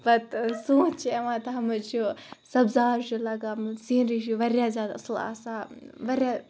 پَتہٕ سونٛتھ چھِ یِوان تَتھ منٛز چھُ سبزار چھُ لَگان سیٖنری چھُ واریاہ زیادٕ اَصٕل آسان واریاہ